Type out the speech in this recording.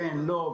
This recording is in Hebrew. כן או לא,